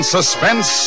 Suspense